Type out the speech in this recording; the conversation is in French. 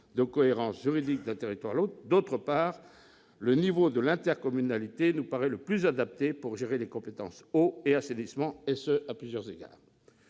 de cohérence juridique d'un territoire à l'autre. D'autre part, le niveau de l'intercommunalité nous paraît le plus adapté pour gérer les compétences « eau » et « assainissement », et ce à plusieurs égards.